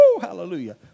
Hallelujah